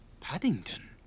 Paddington